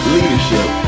Leadership